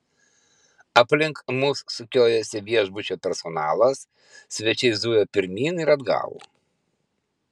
aplink mus sukiojosi viešbučio personalas svečiai zujo pirmyn ir atgal